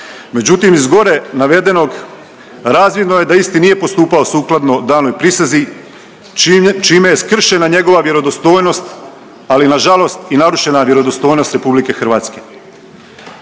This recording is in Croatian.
Međutim iz gore navedenog razvidno je da isti nije postupao sukladno danoj prisezi čime je skršena njegova vjerodostojnost ali na žalost i narušena vjerodostojnost Republike Hrvatske.